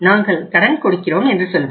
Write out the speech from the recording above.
நாங்கள் கடன் கொடுக்கிறோம் என்று சொல்வர்